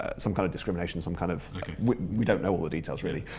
ah some kind of discrimination, some kind of we don't know all the details really,